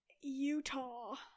utah